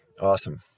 Awesome